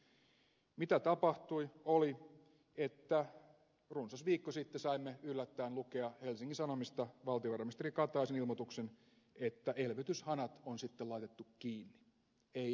se mitä tapahtui oli että runsas viikko sitten saimme yllättäen lukea helsingin sanomista valtiovarainministeri kataisen ilmoituksen että elvytyshanat on sitten laitettu kiinni ei enää lirise